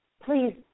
please